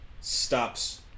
stops